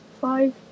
five